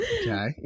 okay